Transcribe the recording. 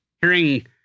hearing